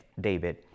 David